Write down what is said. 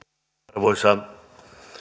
arvoisa